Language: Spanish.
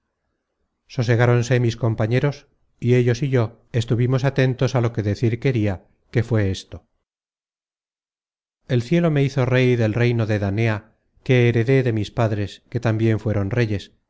contaré cosas grandes sosegáronse mis compañeros y ellos y yo estuvimos atentos á lo que decir queria que fué esto el cielo me hizo rey del reino de danea que heredé de mis padres que tambien fueron reyes